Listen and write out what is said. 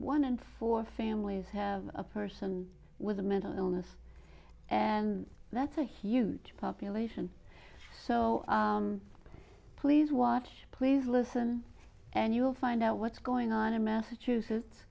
one in four families have a person with a mental illness and that's a huge population so please watch please listen and you'll find out what's going on in massachusetts